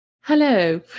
Hello